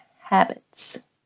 habits